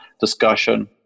discussion